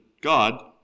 God